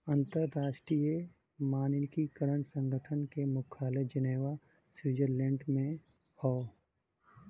अंतर्राष्ट्रीय मानकीकरण संगठन क मुख्यालय जिनेवा स्विट्जरलैंड में हौ